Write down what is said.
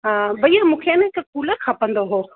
हा भइया मूंखे न हिकु कूलर खपंदो हो